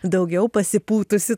daugiau pasipūtusi